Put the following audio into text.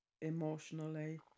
emotionally